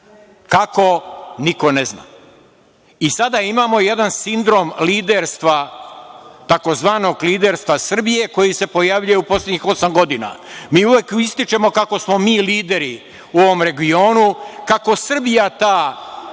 Kako? Niko ne zna. Sada imamo jedan sindrom liderstva, tzv. liderstva Srbije koji se pojavljuje u poslednjih osam godina. Mi uvek ističemo kako smo mi lideri u ovom regionu, kako Srbija je